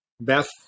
Beth